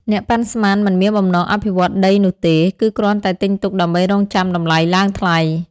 អ្នកប៉ាន់ស្មាន មិនមានបំណងអភិវឌ្ឍដីនោះទេ គឺគ្រាន់តែទិញទុកដើម្បីរង់ចាំតម្លៃឡើងថ្លៃ។